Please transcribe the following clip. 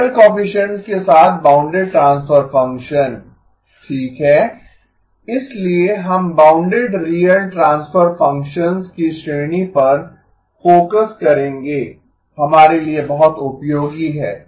real coefficients के साथ bounded transfer function ठीक है इसलिए हम बाउन्डेड रियल ट्रांसफर फ़ंक्शंस की श्रेणी पर फोकस करेंगे हमारे लिए बहुत उपयोगी है